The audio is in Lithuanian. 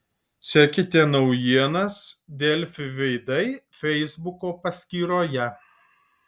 sekite naujienas delfi veidai feisbuko paskyroje